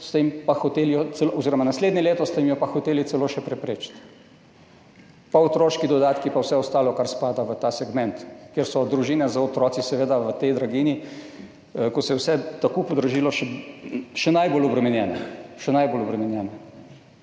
naslednje leto ste jim jo pa hoteli celo preprečiti? Pa otroški dodatki in vse ostalo, kar spada v ta segment, ker so družine z otroci seveda v tej draginji, ko se je vse tako podražilo, še najbolj obremenjene.